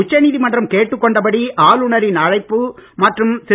உச்ச நீதிமன்றம் கேட்டுக்கொண்ட படி ஆளுனரின் அழைப்பு மற்றும் திரு